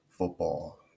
football